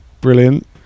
Brilliant